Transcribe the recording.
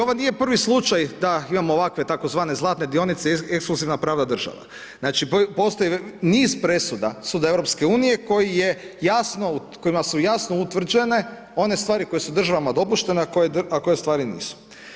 Ovo nije prvi slučaj da imamo ovakve tzv. zlatne dionice, ekskluzivna pravna država, znači postoji niz presuda suda EU, koji je jasno kojima su jasno utvrđene one stvari koje su državama dopuštene, a koje stvari nisu.